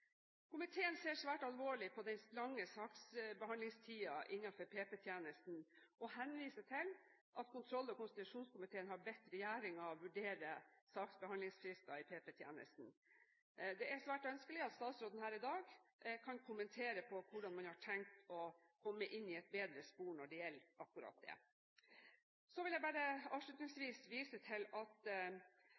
Komiteen ser svært alvorlig på den lange saksbehandlingstiden innenfor PP-tjenesten og henviser til at kontroll- og konstitusjonskomiteen har bedt regjeringen vurdere å innføre saksbehandlingsfrister i PP-tjenesten. Det er svært ønskelig at statsråden her i dag kan kommentere hvordan man har tenkt å komme inn i et bedre spor når det gjelder akkurat det. Så vil jeg bare avslutningsvis vise til at